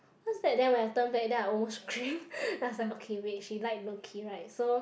cause back then then when I turned back then I almost scream I was like okay wait she like low key right so